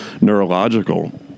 neurological